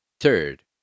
Third